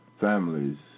Families